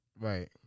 Right